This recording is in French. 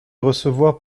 recevoir